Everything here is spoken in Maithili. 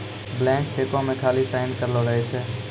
ब्लैंक चेको मे खाली साइन करलो रहै छै